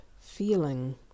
feeling